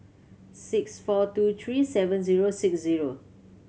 six four two three seven zero six zero